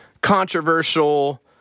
controversial